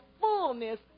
fullness